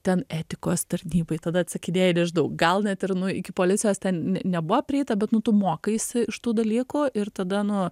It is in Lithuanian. ten etikos tarnybai tada atsakinėji nežinau gal net ir nu iki policijos ten ne nebuvo prieita bet nu tu mokaisi iš tų dalykų ir tada nu